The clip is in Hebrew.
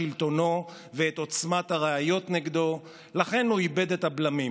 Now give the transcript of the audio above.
וכמה ביקשתי בוועדת הכספים,